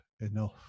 enough